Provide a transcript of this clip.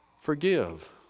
forgive